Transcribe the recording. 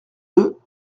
deux